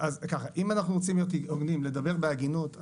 אם אנחנו רוצים להיות הוגנים ולדבר בהגינות,